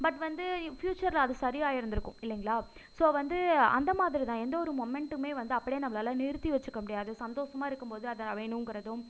but வந்து in ஃபியூச்சரில் அது சரியாயிருந்திருக்கும் இல்லைங்களா ஸோ வந்து அந்த மாதிரிதான் எந்த ஒரு மொமெண்ட்டுமே வந்து அப்படியே நம்மளால் நிறுத்தி வெச்சுக்க முடியாது சந்தோஷமா இருக்கும்போது அது வேணுங்கிறதும்